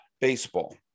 baseball